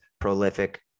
prolific